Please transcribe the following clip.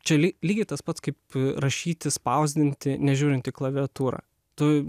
čia ly lygiai tas pats kaip rašyti spausdinti nežiūrint į klaviatūrą tu